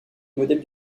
modèle